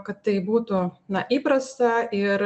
kad tai būtų na įprasta ir